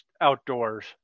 outdoors